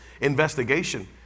investigation